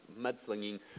mudslinging